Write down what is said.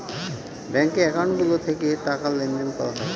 ব্যাঙ্কে একাউন্ট গুলো থেকে টাকা লেনদেন করা হয়